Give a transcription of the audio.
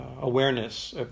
awareness